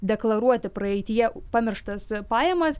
deklaruoti praeityje pamirštas pajamas